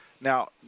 now